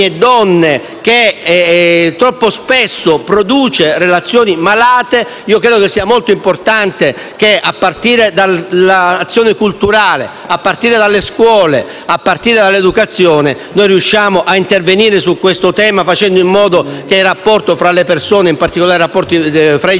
e donne che troppo spesso produce relazioni malate. Credo che sia molto importante che, a partire dall'azione culturale, dalle scuole, dall'educazione, riusciamo a intervenire su questo tema, facendo in modo che il rapporto tra le persone e, in particolare, il rapporto tra i